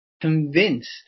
convinced